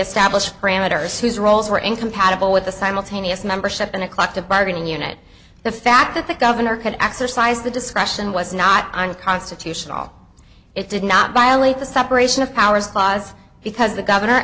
established parameters whose roles were incompatible with the simultaneous membership in a collective bargaining unit the fact that the governor could exercise the discretion was not unconstitutional it did not violate the separation of powers laws because the governor